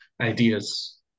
ideas